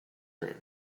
cream